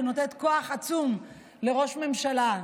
ונותנת כוח עצום לראש ממשלה,